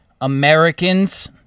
Americans